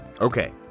Okay